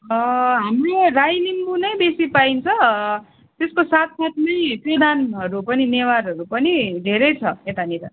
हाम्रो राई लिम्बु नै बेसी पाइन्छ त्यसको साथसाथमै प्रधानहरू पनि नेवारहरू पनि धेरै छ यतानिर